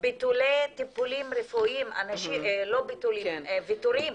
ביטולי טיפולים רפואיים, לא ביטולים, ויתורים.